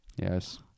Yes